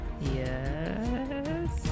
Yes